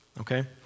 Okay